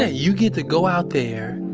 ah you get to go out there,